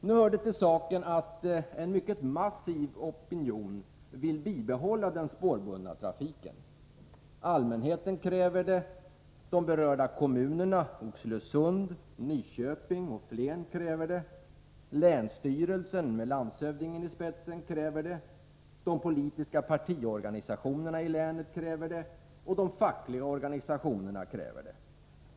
Nu hör det till saken att en mycket massiv opinion vill bibehålla den spårbundna trafiken. Allmänheten kräver det. De berörda kommunerna — Oxelösund, Nyköping och Flen — kräver det. Länsstyrelsen med landshövdingen i spetsen kräver det. De politiska partiorganisationerna i länet kräver det. Och de fackliga organisationerna kräver det.